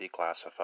declassified